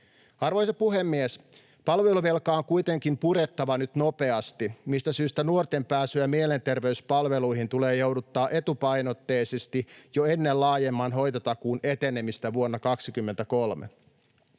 Arvoisa puhemies! Palveluvelkaa on kuitenkin purettava nyt nopeasti, mistä syystä nuorten pääsyä mielenterveyspalveluihin tulee jouduttaa etupainotteisesti jo ennen laajemman hoitotakuun etenemistä vuonna 23.